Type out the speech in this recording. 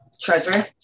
treasure